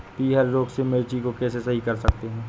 पीहर रोग से मिर्ची को कैसे सही कर सकते हैं?